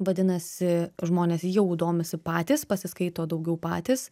vadinasi žmonės jau domisi patys pasiskaito daugiau patys